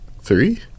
Three